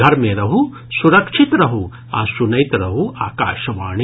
घर मे रहू सुरक्षित रहू आ सुनैत रहू आकाशवाणी